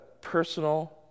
personal